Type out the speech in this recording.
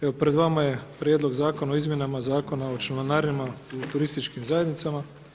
Evo pred vama je prijedlog Zakona o izmjenama Zakona o članarinama u turističkim zajednicama.